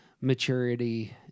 maturity